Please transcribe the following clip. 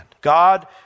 God